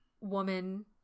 woman